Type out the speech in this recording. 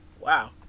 Wow